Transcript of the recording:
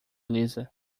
lisa